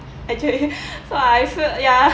actually I feel ya